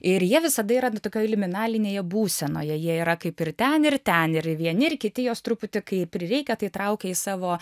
ir jie visada yra to tokioj liminalinėje būsenoje jie yra kaip ir ten ir ten ir vieni ir kiti jos truputį kai prireikia tai traukia į savo